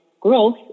growth